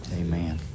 Amen